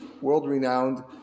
world-renowned